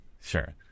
Sure